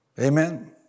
Amen